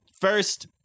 First